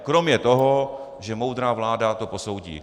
Kromě toho, že moudrá vláda to posoudí.